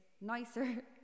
nicer